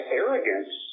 arrogance